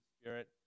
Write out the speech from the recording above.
Spirit